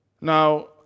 Now